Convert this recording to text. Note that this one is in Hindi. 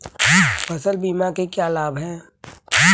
फसल बीमा के क्या लाभ हैं?